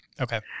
Okay